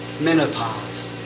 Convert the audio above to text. Menopause